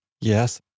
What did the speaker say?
Yes